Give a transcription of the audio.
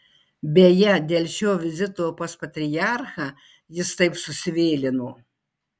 beje dėl šio vizito pas patriarchą jis taip susivėlino